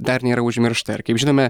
dar nėra užmiršta ir kaip žinome